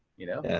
you know?